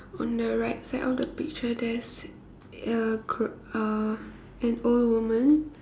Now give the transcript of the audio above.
on the right side of the picture there's uh c~ uh an old woman